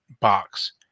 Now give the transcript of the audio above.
box